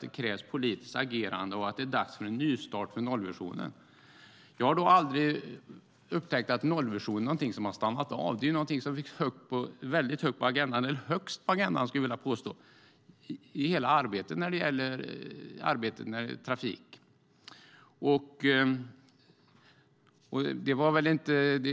det krävs politiskt agerande och att det är dags för en nystart för nollvisionen. Jag har då aldrig upptäckt att nollvisionen är något som har stannat av. Den ligger högst på agendan i hela trafikarbetet.